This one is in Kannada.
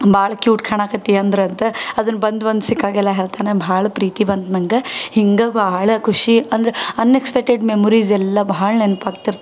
ಬಹಳ ಕ್ಯೂಟ್ ಕಾಣಾಕ್ಕತ್ತಿ ಅಂದ್ರು ಅಂತ ಅದನ್ನ ಬಂದು ಒಂದು ಸಿಕ್ಕಾಗೆಲ್ಲ ಹೇಳ್ತಾನೆ ಭಾಳ ಪ್ರೀತಿ ಬಂತು ನಂಗೆ ಹಿಂಗೆ ಭಾಳ ಖುಷಿ ಅಂದ್ರೆ ಅನ್ಎಕ್ಸ್ಪೆಟ್ಟೆಡ್ ಮೆಮೊರಿಸ್ ಎಲ್ಲ ಭಾಳ ನೆನ್ಪು ಆಗ್ತಿರ್ತವೆ